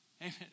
Amen